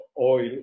oil